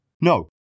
No